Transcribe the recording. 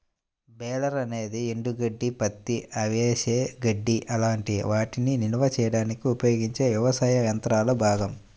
baler అనేది ఎండుగడ్డి, పత్తి, అవిసె గడ్డి లాంటి వాటిని నిల్వ చేయడానికి ఉపయోగించే వ్యవసాయ యంత్రాల భాగం